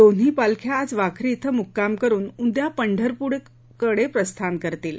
दोन्ही पालख्या आज वाखरी इथं मुक्काम करुन उद्या पंढरपूरकडे प्रस्थान करतील